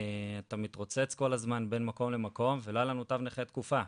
אתה מתרוצץ כל הזמן בין מקום למקום ולא היה לנו תו נכה תקופה.